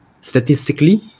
statistically